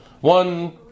one